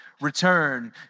return